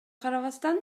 карабастан